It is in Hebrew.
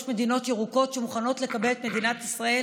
מדינות ירוקות שמוכנות לקבל את מדינת ישראל